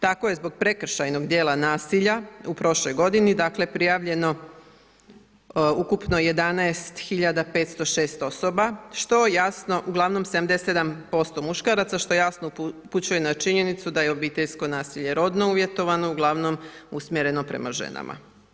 Tako je zbog prekršajnog djela nasilja u prošloj godini prijavljeno ukupno 11506 osoba što jasno, uglavnom 77% muškaraca što jasno upućuje na činjenicu da je obiteljsko nasilje rodno uvjetovano, uglavnom usmjereno prema ženama.